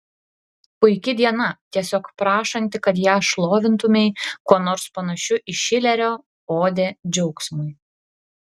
puiki diena tiesiog prašanti kad ją šlovintumei kuo nors panašiu į šilerio odę džiaugsmui